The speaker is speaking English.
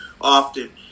often